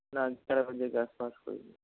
रात ग्यारह बजे के आसपास कोई नहीं